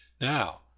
Now